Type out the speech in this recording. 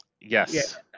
Yes